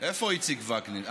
איפה איציק וקנין?